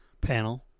panel